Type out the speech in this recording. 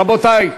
רבותי,